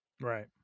Right